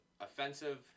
Offensive